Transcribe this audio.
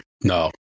No